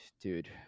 dude